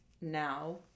now